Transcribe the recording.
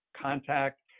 contact